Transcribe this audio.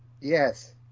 yes